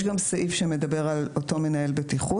6,";" יש גם סעיף שמדבר על אותו מנהל בטיחות.